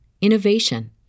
innovation